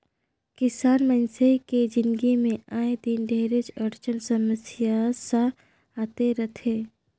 किसान मइनसे के जिनगी मे आए दिन ढेरे अड़चन समियसा आते रथे